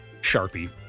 Sharpie